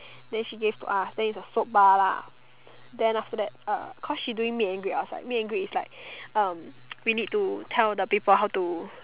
then she gave to us then is a soap bar lah then after that uh cause she doing meet and greet outside meet and greet is like um we need to tell the people how to